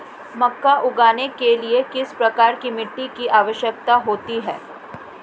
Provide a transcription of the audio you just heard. मक्का उगाने के लिए किस प्रकार की मिट्टी की आवश्यकता होती है?